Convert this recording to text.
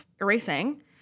erasing